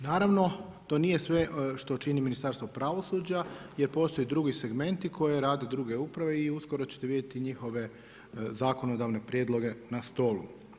Naravno, to nije sve što čini Ministarstvo pravosuđa, jer postoji i drugi segmenti koja rade druge uprave i uskoro ćete vidjeti njihove zakonodavne prijedloge na stolu.